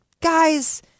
guys